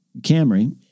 Camry